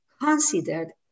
considered